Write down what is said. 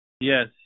Yes